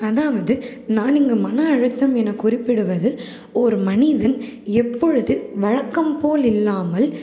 அதாவது நான் இங்கு மன அழுத்தம் என்னும் குறிப்பிடுவது ஒரு மனிதன் எப்பொழுது வழக்கம் போல் இல்லாமல்